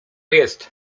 jest